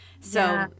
so-